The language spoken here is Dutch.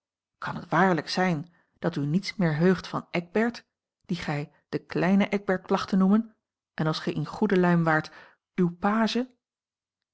kan het waarlijk zijn dat u niets meer heugt van eckbert dien gij den kleinen eckbert placht te noemen en als ge in goede luim waart uw page